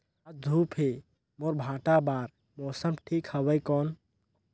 आज धूप हे मोर भांटा बार मौसम ठीक हवय कौन?